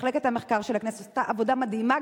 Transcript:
מחלקת המחקר של הכנסת עשתה עבודה מדהימה,